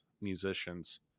musicians